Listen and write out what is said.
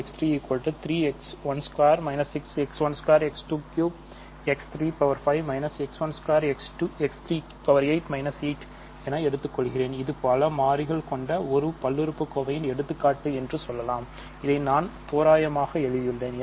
f 3x12 6 x12x23 x35 x12x38 8 என எடுத்துக் கொள்கிறேன் இது பல மாறிகள் கொண்ட ஒரு பல்லுறுப்புக்கோவையின் எடுத்துக்காட்டு என்று சொல்லலாம் இதை நான் தோராயமாக எழுதியுள்ளேன்